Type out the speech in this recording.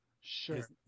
sure